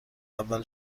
اول